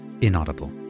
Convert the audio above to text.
Inaudible